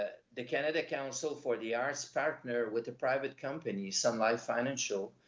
ah the canada council for the arts partner with the private company, sun life financial,